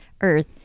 earth